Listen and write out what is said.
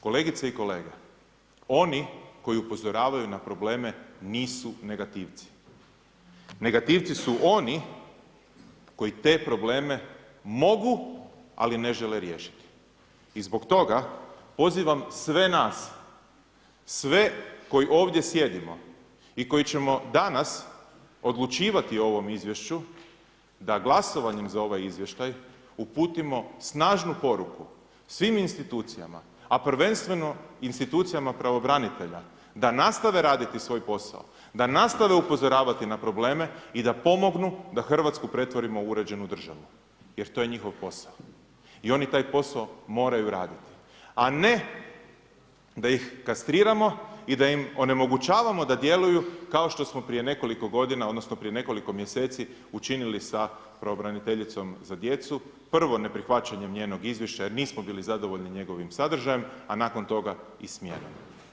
Kolegice i kolege, oni koji upozoravaju na probleme nisu negativci, negativci su oni koji te probleme mogu ali ne žele riješiti i zbog toga pozivam sve nas, sve koji ovdje sjedimo i koji ćemo danas odlučivati o ovom izvješću, da glasovanjem za ovaj izvještaj uputimo snažnu poruku svim institucijama, a prvenstveno institucijama pravobranitelja da nastave raditi svoj posao, da nastave upozoravati na probleme i da pomognu da Hrvatsku pretvore u uređenu državu, jer to je njihov posao i oni taj posao moraju raditi a ne da ih kastriramo i da im onemogućavamo da djeluju kao što smo prije nekoliko godina odnosno prije nekoliko mjeseci učinili s pravobraniteljicom za djecu, prvo neprihvaćanje njenog izvješća jer nismo bili zadovoljni njegovim sadržajem, a nakon toga i smjene.